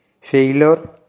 Failure